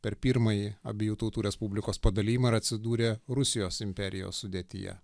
per pirmąjį abiejų tautų respublikos padalijimą ir atsidūrė rusijos imperijos sudėtyje